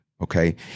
Okay